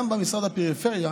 גם במשרד הפריפריה